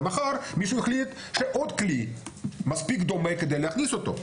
ומחר מישהו יחליט שעוד כלי מספיק דומה כדי להכניס אותו.